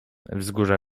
wzgórza